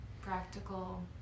practical